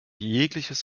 jegliches